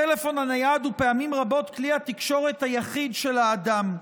הטלפון הנייד הוא פעמים רבות כלי התקשורת היחיד של האדם.